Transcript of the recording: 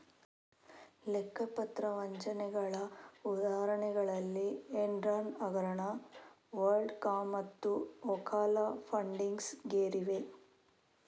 ಲೆಕ್ಕ ಪತ್ರ ವಂಚನೆಗಳ ಉದಾಹರಣೆಗಳಲ್ಲಿ ಎನ್ರಾನ್ ಹಗರಣ, ವರ್ಲ್ಡ್ ಕಾಮ್ಮತ್ತು ಓಕಾಲಾ ಫಂಡಿಂಗ್ಸ್ ಗೇರಿವೆ